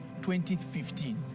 2015